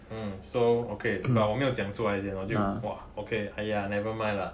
mm so okay but 我没有讲出来先我就 !wah! okay !aiya! never mind lah